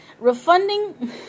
Refunding